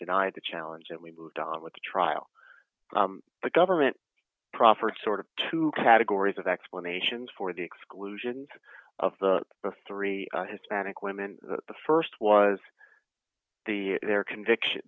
denied the challenge and we moved on with the trial the government proffered sort of two categories of explanations for the exclusions of the three hispanic women the st was the their conviction